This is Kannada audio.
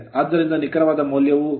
ಆದ್ದರಿಂದ ನಿಖರವಾದ ಮೌಲ್ಯವನ್ನು 0